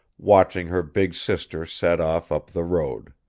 watching her big sister set off up the road.